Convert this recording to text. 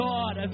God